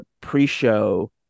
pre-show